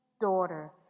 Daughter